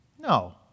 No